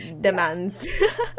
demands